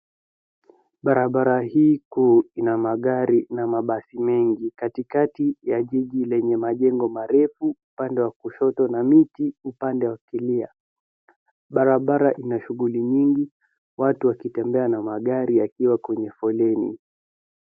Barabara hii kuu ina gari na mabasi mengi katikati ya jiji lenye majengo marefu upande wa kushoto na miti upande wa kulia. Barabara ina shughuli nyingi watu wakitembea na magari yakiwa kwenye foleni.